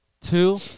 Two